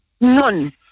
none